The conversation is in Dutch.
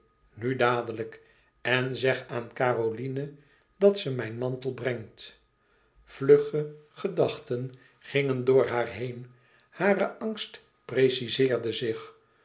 nu dadelijk en zeg aan caroline dat ze mijn mantel brengt vlugge gedachten gingen door haar heen hare angst preci zeerde zich